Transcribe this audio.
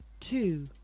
two